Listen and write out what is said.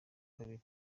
kabiri